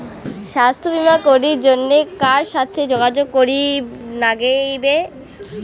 স্বাস্থ্য বিমা করির জন্যে কার সাথে যোগাযোগ করির নাগিবে?